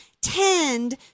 tend